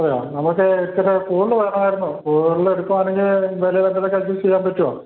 അതെയോ നമുക്ക് ചില കൂന്തൽ വേണമായിരുന്നു കൂന്തൽ എടക്കുവാണെങ്കിൽ വില എന്തെങ്കിലും ഒക്കെ അഡ്ജസ്റ്റ് ചെയ്യാൻ പറ്റുമോ